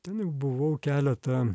ten jau buvau keletą